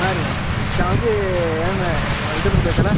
ಹಾಂ ರೀ ಶಾವಿಗೆ ಏನು ಇದ್ರದ್ದು ಬೇಕೇನು